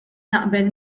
naqbel